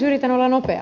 yritän olla nopea